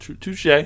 Touche